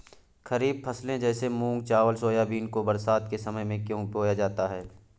खरीफ फसले जैसे मूंग चावल सोयाबीन को बरसात के समय में क्यो बोया जाता है?